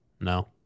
No